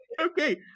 Okay